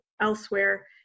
elsewhere